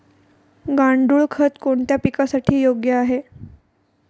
गांडूळ खत कोणत्या पिकासाठी योग्य आहे?